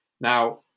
Now